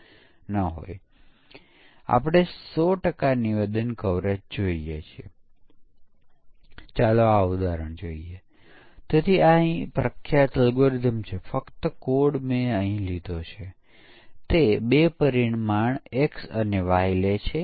સમસ્યાને વિસ્તારથી જોવા માટે આપણે ખૂબ સરળ ઉદાહરણ લઈશું તે છે કે આપણે એક ખૂબ જ સરળ કોડ લખ્યો છે જે દલીલ તરીકે 2 પૂર્ણાંકો લે છે